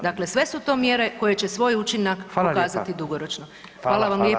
Dakle, sve su to mjere koje će svoj učinak pokazati dugoročno.